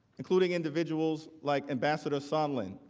including individuals like and bassitt or sondland